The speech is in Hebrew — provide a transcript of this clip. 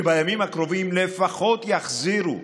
שבימים הקרובים לפחות יחזירו,